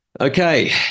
Okay